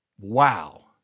wow